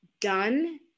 done